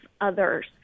others